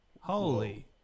Holy